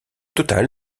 total